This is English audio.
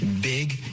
big